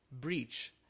breach